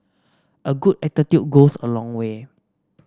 a good attitude goes a long way